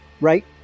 right